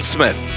Smith